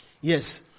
Yes